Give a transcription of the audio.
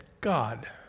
God